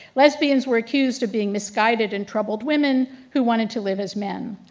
lesbians were accused of being misguided and troubled women who wanted to live as men.